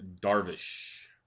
Darvish